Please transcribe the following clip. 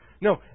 No